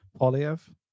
Polyev